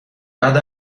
بعد